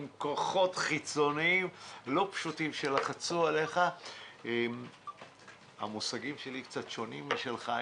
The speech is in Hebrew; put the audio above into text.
עם כוחות חיצוניים לא פשוטים שלחצו עליך; המושגים שלי קצת שונים משלך,